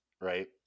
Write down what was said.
right